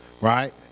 right